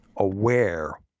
aware